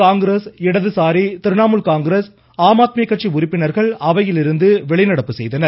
இதனைத்தொடர்ந்து காங்கிரஸ் இடதுசாரி திரிணாமுல் காங்கிரஸ் ஆம் ஆத்மி கட்சி உறுப்பினர்கள் அவையிலிருந்து வெளிநடப்பு செய்தனர்